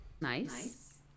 nice